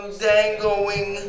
dangling